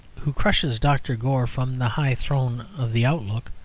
who crushes dr. gore from the high throne of the outlook,